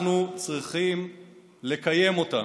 אנחנו צריכים לקיים אותם.